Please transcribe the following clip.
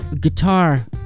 guitar